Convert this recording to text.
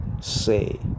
say